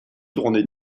tournée